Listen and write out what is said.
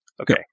okay